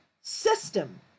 system